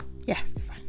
yes